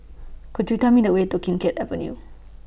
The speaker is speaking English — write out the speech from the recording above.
Could YOU Tell Me The Way to Kim Keat Avenue